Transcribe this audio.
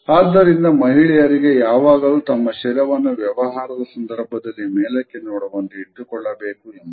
ಆದ್ದರಿಂದ ಮಹಿಳೆಯರಿಗೆ ಯಾವಾಗಲೂ ತಮ್ಮ ಶಿರವನ್ನು ವ್ಯವಹಾರದ ಸಂದರ್ಭದಲ್ಲಿ ಮೇಲಕ್ಕೆ ನೋಡುವಂತೆ ಇಟ್ಟುಕೊಳ್ಳಬೇಕು ಎಂಬುದು